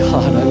God